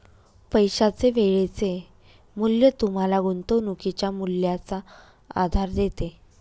पैशाचे वेळेचे मूल्य तुम्हाला गुंतवणुकीच्या मूल्याचा आधार देते